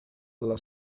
alla